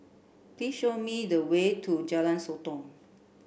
please show me the way to Jalan Sotong